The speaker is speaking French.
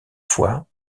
fois